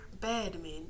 badman